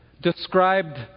described